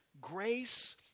grace